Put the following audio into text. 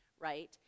right